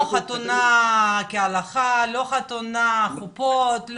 לא חתונה כהלכה, לא חתונה חופות.